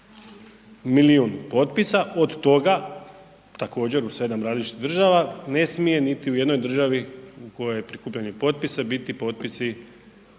milijun potpisa, od toga, također u 7 različitih država, ne smije niti u jednoj državi u kojoj je prikupljanje potpisa, biti potpisi